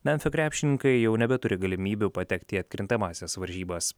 memfio krepšininkai jau nebeturi galimybių patekti į atkrintamąsias varžybas